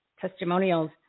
testimonials